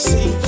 See